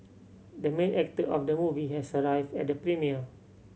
the main actor of the movie has arrived at the premiere